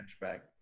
back